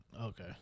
Okay